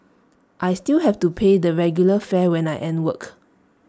I still have to pay the regular fare when I end work